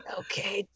okay